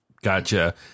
Gotcha